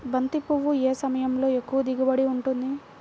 బంతి పువ్వు ఏ సమయంలో ఎక్కువ దిగుబడి ఉంటుంది?